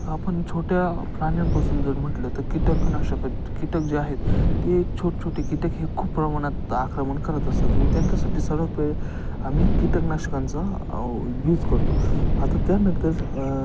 आपण छोट्या प्राण्यांपासून जर म्हटलं तर कीटकनाशक कीटक जे आहेत ते छोटं छोटे कीटक हे खूप प्रमाणात आक्रमण करत असतात मग त्यांच्यासाठी सर्व पहिले आम्ही कीटकनाशकांचा यूज करतो आता त्यानंतर